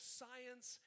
science